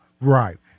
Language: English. right